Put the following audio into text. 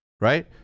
Right